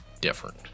different